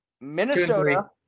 Minnesota